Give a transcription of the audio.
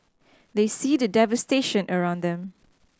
they see the devastation around them